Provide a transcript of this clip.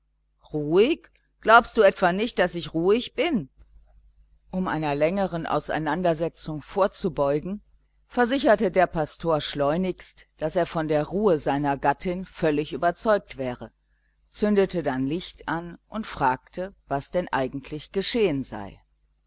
ruhig glaubst du etwa nicht daß ich ruhig bin um einer längeren auseinandersetzung vorzubeugen versicherte der pastor schleunigst daß er von der ruhe seiner gattin völlig überzeugt wäre zündete dann licht an und fragte was denn eigentlich geschehen sei